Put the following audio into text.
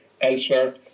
elsewhere